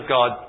God